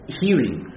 hearing